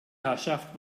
herrschaft